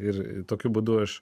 ir tokiu būdu aš